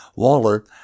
Waller